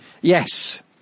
Yes